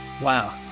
Wow